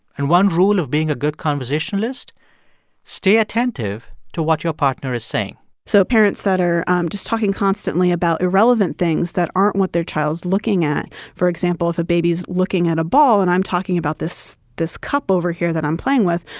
and one rule of being a good conversationalist stay attentive to what your partner is saying so parents that are just talking constantly about irrelevant things that aren't what their child's looking at for example, if a baby is looking at a ball and i'm talking about this this cup over here that i'm playing with,